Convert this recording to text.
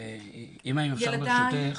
אימא, אם אפשר ברשותך,